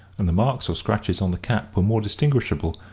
and the marks or scratches on the cap were more distinguishable,